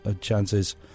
chances